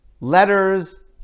letters